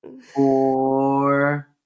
four